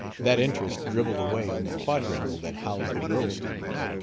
that interest dribbled away on the quadrangle that housed the girl students.